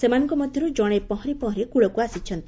ସେମାନଙ୍କ ମଧ୍ୟରୁ ଜଣେ ପହଁରି ପହଁରି କୂଳକୁ ଆସିଛନ୍ତି